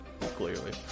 Clearly